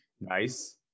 Nice